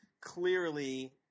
clearly